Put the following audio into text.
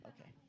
Okay